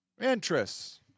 interests